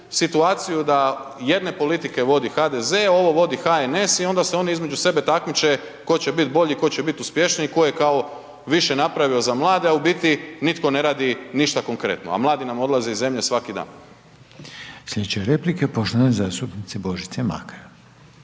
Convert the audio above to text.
da jedne politike vodi HDZ ovo vodi HNS i onda se oni između sebe takmiče tko će biti bolji, tko će biti uspješniji, tko je kao više napravio za mlade, a u biti nitko ne radi ništa konkretno, a mladi nam odlaze iz zemlje svaki dan. **Reiner, Željko (HDZ)** Slijedeća replika poštovane zastupnice Božice Makar.